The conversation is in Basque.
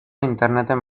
interneten